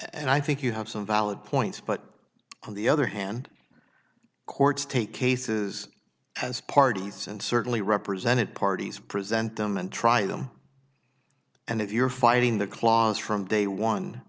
and i think you have some valid points but on the other hand courts take cases as parties and certainly represented parties present them and try them and if you're fighting the clause from day one